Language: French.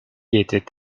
était